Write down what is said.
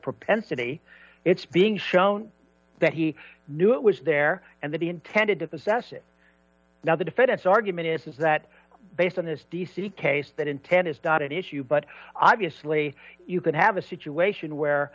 propensity it's being shown that he knew it was there and that he intended to possess it now the defense argument is that based on this d c case that intent is done at issue but obviously you can have a situation where